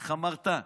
איך אמרת,